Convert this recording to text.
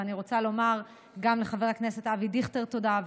ואני רוצה לומר גם לחבר הכנסת אבי דיכטר תודה,